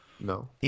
no